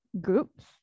groups